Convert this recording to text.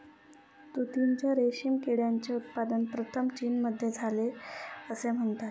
तुतीच्या रेशीम किड्याचे उत्पादन प्रथम चीनमध्ये झाले असे म्हणतात